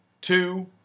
two